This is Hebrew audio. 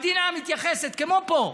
המדינה מתייחסת, כמו פה,